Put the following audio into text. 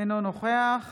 אינו נוכח